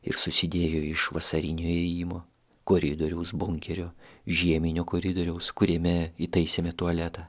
ir susidėjo iš vasarinio įėjimo koridoriaus bunkerio žieminio koridoriaus kuriame įtaisėme tualetą